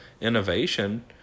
innovation